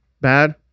bad